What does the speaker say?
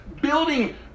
building